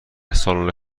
سالن